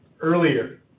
earlier